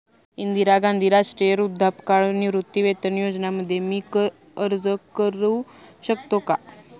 इंदिरा गांधी राष्ट्रीय वृद्धापकाळ निवृत्तीवेतन योजना मध्ये मी अर्ज का करू शकतो का?